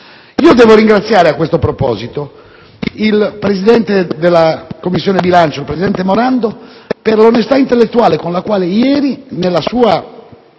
Devo ringraziare, a questo proposito, il presidente della Commissione bilancio, senatore Morando, per l'onestà intellettuale con la quale ieri, nell'illustrazione